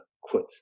quit